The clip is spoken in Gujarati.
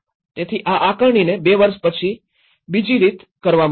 તેથી આ આકારણીને ૨ વર્ષ પછી બીજી રીત કરવામાં આવી